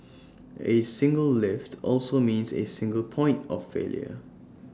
A single lift also means A single point of failure